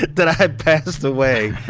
that i had passed away,